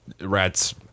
Rats